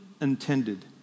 intended